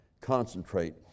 concentrate